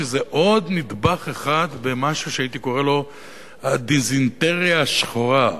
שזה עוד נדבך אחד במשהו שהייתי קורא לו "הדיזנטריה השחורה",